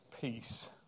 peace